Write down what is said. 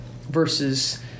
versus